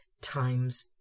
times